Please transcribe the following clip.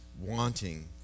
wanting